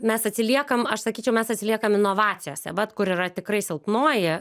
mes atsiliekam aš sakyčiau mes atsiliekam inovacijose vat kur yra tikrai silpnoji